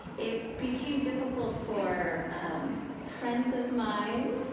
it became difficult for friends of mine,